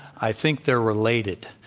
i think they're related.